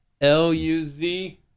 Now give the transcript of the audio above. L-U-Z